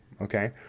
okay